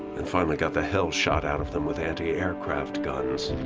and finally got the hell shot out of them with anti-aircraft guns.